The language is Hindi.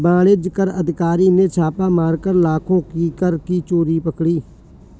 वाणिज्य कर अधिकारी ने छापा मारकर लाखों की कर की चोरी पकड़ी